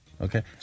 Okay